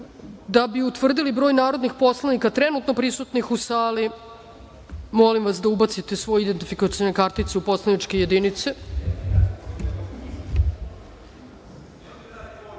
bi utvrdili broj narodnih poslanika trenutno prisutnih u sali, molim vas da ubacite svoje identifikacione kartice u poslaničke